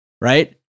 right